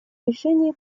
решение